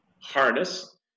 harness